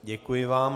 Děkuji vám.